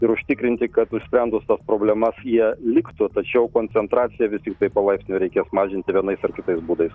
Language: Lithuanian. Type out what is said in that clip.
ir užtikrinti kad išsprendus tas problemas jie liktų tačiau koncentraciją vis tiktai palaipsniui reikės mažinti vienais ar kitais būdais